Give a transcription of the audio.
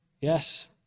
Yes